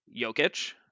Jokic